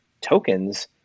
tokens